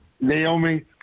Naomi